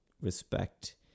respect